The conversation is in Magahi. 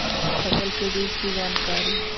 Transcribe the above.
फसल के बीज की जानकारी?